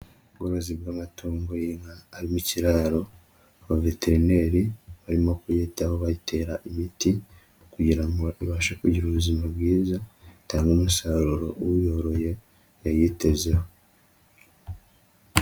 Ubworozi bw'amatungo y'inka ari mu kiraro, abaveterineri barimo kuyitaho, bayitera imiti kugira ngo ibashe kugira ubuzima bwiza, itanga umusaruro uyoroye yayitezeho.